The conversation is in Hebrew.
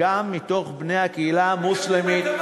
וגם מתוך בני הקהילה המוסלמית,